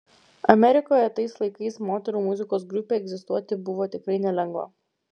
amerikoje tais laikais moterų muzikos grupei egzistuoti buvo tikrai nelengva